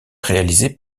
réalisé